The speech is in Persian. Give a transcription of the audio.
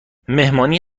مهمانی